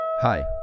Hi